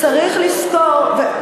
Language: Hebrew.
צריך לזכור,